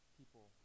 people